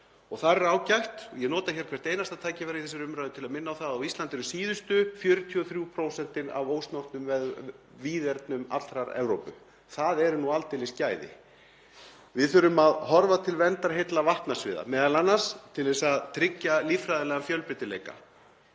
minna á, og ég nota hvert einasta tækifæri í þessari umræðu til að minna á það, að á Íslandi eru síðustu 43% af ósnortnum víðernum allrar Evrópu. Það eru nú aldeilis gæði. Við þurfum að horfa til verndar heilla vatnasviða, m.a. til að tryggja líffræðilegan fjölbreytileika